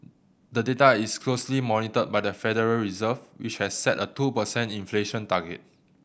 the data is closely monitored by the Federal Reserve which has set a two per cent inflation target